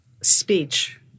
speech